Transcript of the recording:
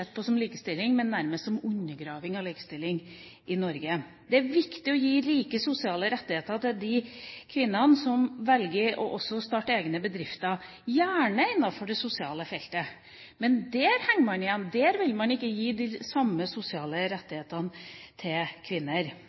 på som likestilling, men nærmest som undergraving av likestilling. Det er viktig å gi de samme sosiale rettigheter til de kvinnene som velger å starte egne bedrifter, gjerne innenfor det sosiale feltet. Men der henger man igjen, der vil man ikke gi kvinner de samme sosiale rettighetene.